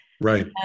Right